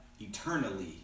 eternally